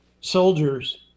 soldiers